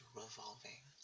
revolving